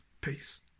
peace